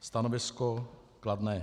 Stanovisko kladné.